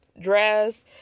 dress